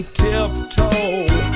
tiptoe